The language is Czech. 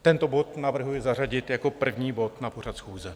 Tento bod navrhuji zařadit jako první bod na pořad schůze.